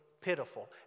pitiful